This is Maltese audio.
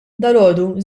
dalgħodu